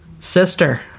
Sister